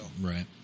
Right